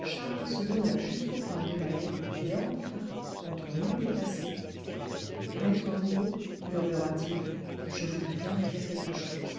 charles se donna jusqu'au coin de la haie et enfin quand on l'eut dépassée maître rouault murmura-t-il je voudrais bien vous dire quelque chose